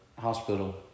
hospital